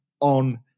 on